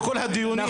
באזרחים.